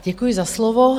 Děkuji za slovo.